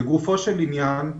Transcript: לגופו של עניין,